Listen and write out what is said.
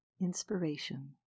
Inspiration